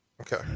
Okay